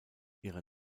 ihre